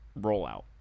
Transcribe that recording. rollout